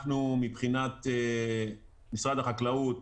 אנחנו מבחינת משרד החקלאות